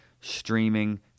streaming